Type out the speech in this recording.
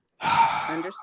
Understand